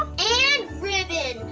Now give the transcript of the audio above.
um and ribbon.